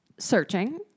searching